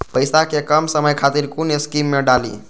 पैसा कै कम समय खातिर कुन स्कीम मैं डाली?